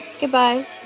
Goodbye